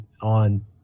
on